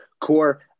Core –